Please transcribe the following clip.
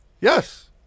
Yes